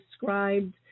described